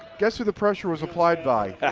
guess who the pressure was applied by.